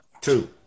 Two